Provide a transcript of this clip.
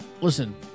Listen